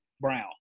brown